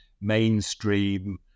mainstream